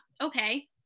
okay